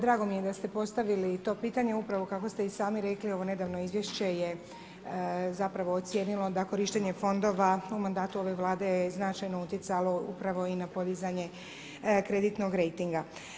Drago mi je da ste postavili i to pitanje, upravo kako ste i sami rekli, evo nedavno izvješće je zapravo ocijenilo da korištenje fondova u mandatu ove Vlade je značajno utjecalo upravo i na podizanje kreditnog rejtinga.